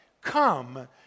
Come